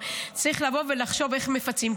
וצריך לחשוב איך מפצים.